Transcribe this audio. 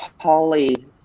Holly